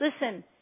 Listen